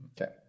Okay